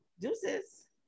deuces